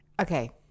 Okay